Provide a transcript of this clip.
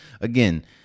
again